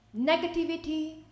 negativity